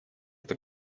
это